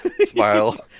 smile